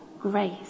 grace